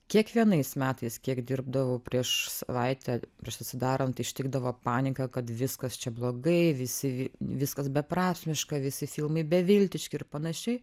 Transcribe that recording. kiekvienais metais kiek dirbdavau prieš savaitę prieš atsidarant ištikdavo panika kad viskas čia blogai visi viskas beprasmiška visi filmai beviltiški ir panašiai